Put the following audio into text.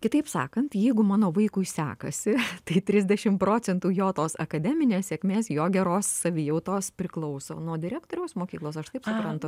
kitaip sakant jeigu mano vaikui sekasi tai trisdešimt procentų jo tos akademinės sėkmės jo geros savijautos priklauso nuo direktoriaus mokyklos aš taip suprantu